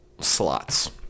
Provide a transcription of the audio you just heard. slots